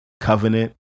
covenant